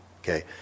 okay